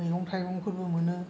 मैगं थायगंफोरबो मोनो